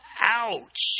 Ouch